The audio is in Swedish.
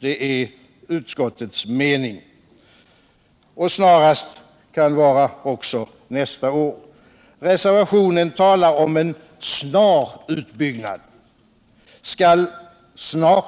Det är utskottets mening, och ”snarast” kan betyda också nästa år. I reservationen talas om en snar utbyggnad. Skall ”snar”